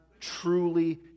truly